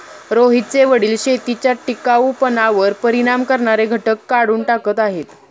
रोहितचे वडील शेतीच्या टिकाऊपणावर परिणाम करणारे घटक काढून टाकत आहेत